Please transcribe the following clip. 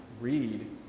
read